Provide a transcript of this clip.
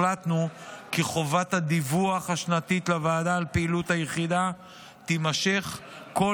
החלטנו כי חובת הדיווח השנתית לוועדה על פעילות היחידה תימשך כל